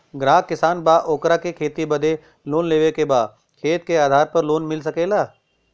ग्राहक किसान बा ओकरा के खेती बदे लोन लेवे के बा खेत के आधार पर लोन मिल सके ला?